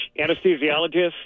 anesthesiologist